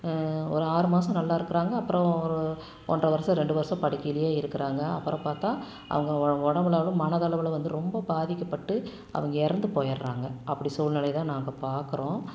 ஒரு ஆறு மாதம் நல்லா இருக்கிறாங்க அப்புறம் ஒரு ஒன்றரை வர்ஷம் ரெண்டு வருஷம் படுக்கையிலையே இருக்கிறாங்க அப்புறம் பார்த்தா அவங்க ஓ உடம்புனாலும் மனதளவில் வந்து ரொம்ப பாதிக்கப்பட்டு அவங்க இறந்து போயிடாங்க அப்படி சூழ்நிலை தான் நாம் பார்க்கறோம்